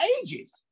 ages